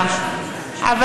רגולציה,